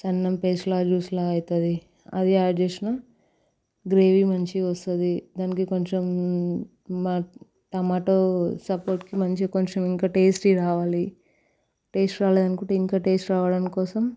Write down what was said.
అన్నం పేస్టులా జ్యూస్లా అవుతుంది అది ఆడ్ చేసినాం గ్రేవీ మంచి వస్తుంది దానికి కొంచెం టమాటో సపోర్ట్కి మంచిగా కొంచెం ఇంకా టేస్టీ రావాలి టేస్టీ రావాలి అనుకుంటే ఇంకా టేస్ట్ రావడం కోసం